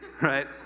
right